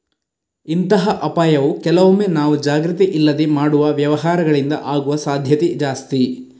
ಇಂತಹ ಅಪಾಯ ಕೆಲವೊಮ್ಮೆ ನಾವು ಜಾಗ್ರತೆ ಇಲ್ಲದೆ ಮಾಡುವ ವ್ಯವಹಾರಗಳಿಂದ ಆಗುವ ಸಾಧ್ಯತೆ ಜಾಸ್ತಿ